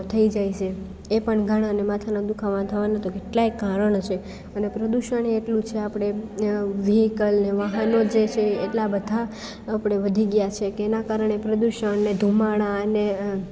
થઈ જાય છે એ પણ ઘણાને માથાના દુખાવા થવાના તો કેટલાય કરણ હશે અને પ્રદૂષણે એટલું છે આપણે એ વ્હીકલ અને વાહનો જે છે એટલા બધા આપણે વધી ગયા છે કે એના કારણે પ્રદૂષણને ધુમાળાને